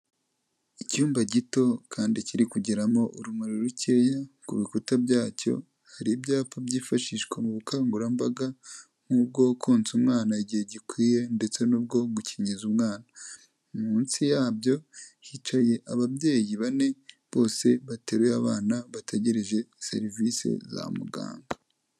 Icyumba gito kandi kiri kugeramo urumuri rukeya ku bikuta byacyo hari ibyapa byifashishwa mu bukangurambaga nk'ubwo konsa umwana igihe gikwiye ndetse n'ubwo gukingiza umwana munsi yabyo hicaye ababyeyi bane bose bateruye abana bategereje serivisi za muganga.